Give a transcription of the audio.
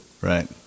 Right